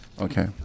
okay